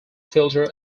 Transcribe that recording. filter